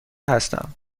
هستم